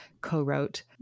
co-wrote